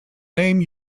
name